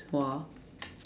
!wah!